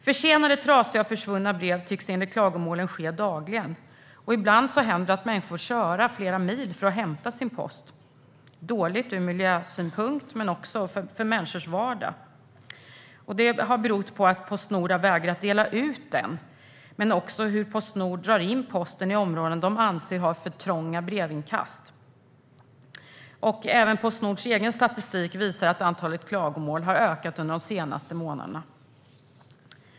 Försenade, trasiga och försvunna brev tycks enligt klagomålen vara något som förekommer dagligen. Ibland händer det att människor får köra flera mil för att hämta sin post. Det är dåligt ur miljösynpunkt men också för människors vardag. Det har berott på att Postnord har vägrat att dela ut den men också på hur Postnord drar in posten i områden man anser har för trånga brevinkast. Även Postnords egen statistik visar att antalet klagomål har ökat under de senaste månaderna.